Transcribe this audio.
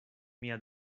mia